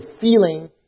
feeling